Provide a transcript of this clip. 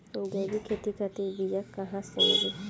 जैविक खेती खातिर बीया कहाँसे मिली?